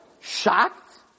shocked